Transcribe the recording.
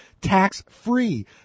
Tax-free